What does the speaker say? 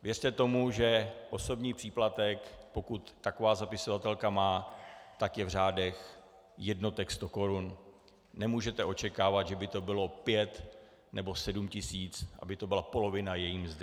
Věřte tomu, že osobní příplatek, pokud taková zapisovatelka má, je v řádech jednotek sto korun, nemůžete očekávat, že by to bylo pět nebo sedm tisíc, aby to byla polovina její mzdy.